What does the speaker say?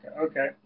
Okay